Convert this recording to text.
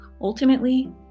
Ultimately